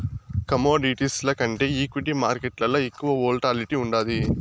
కమోడిటీస్ల కంటే ఈక్విటీ మార్కేట్లల ఎక్కువ వోల్టాలిటీ ఉండాది